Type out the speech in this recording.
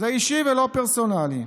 זה אישי ולא פרסונלי.